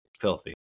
filthy